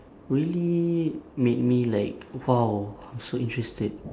really made me like !wow! I'm so interested